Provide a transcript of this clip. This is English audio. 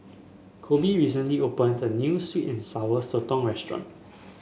Koby recently opened a new sweet and Sour Sotong restaurant